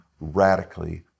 radically